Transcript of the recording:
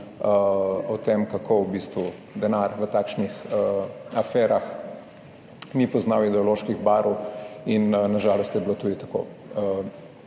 o tem, kako v bistvu denar v takšnih aferah ni poznal ideoloških barv in na žalost je bilo tudi tako.